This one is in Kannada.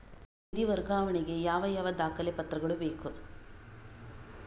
ನಿಧಿ ವರ್ಗಾವಣೆ ಗೆ ಯಾವ ಯಾವ ದಾಖಲೆ ಪತ್ರಗಳು ಬೇಕು?